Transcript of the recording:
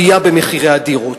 עלייה במחירי הדירות.